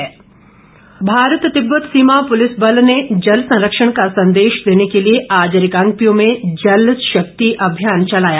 जल शक्ति भारत तिब्बत सीमा पुलिस बल ने जल संरक्षण का संदेश देने के लिए आज रिकांगपिओ में जल शक्ति अभियान चलाया